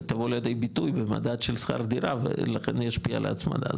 היא תבוא לידי ביטוי במדד של שכר דירה ולכן זה ישפיע על ההצמדה,